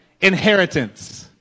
Inheritance